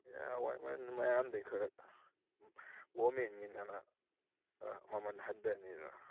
ꯑꯦ ꯑꯋꯥꯏꯃꯜ ꯃꯌꯥꯝꯗꯩ ꯈꯔ ꯎꯝ ꯒꯣꯔꯃꯦꯟꯒꯤꯅꯤꯅ ꯈꯔ ꯃꯃꯜ ꯍꯟꯊꯅꯦꯕ